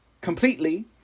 completely